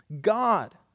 God